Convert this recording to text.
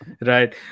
Right